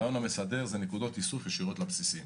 תהיינה נקודות איסוף ישירות לבסיסים.